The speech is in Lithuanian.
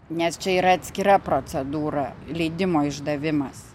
nes čia yra atskira procedūra leidimo išdavimas